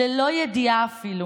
ללא ידיעה אפילו